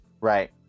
right